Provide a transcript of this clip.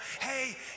hey